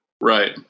Right